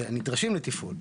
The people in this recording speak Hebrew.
זה נדרשים לתפעול.